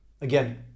again